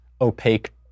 Opaque